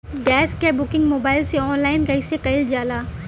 Gas क booking mobile से online कईसे कईल जाला?